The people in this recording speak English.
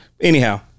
anyhow